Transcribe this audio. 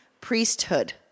priesthood